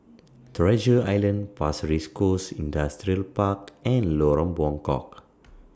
Treasure Island Pasir Ris Coast Industrial Park and Lorong Buangkok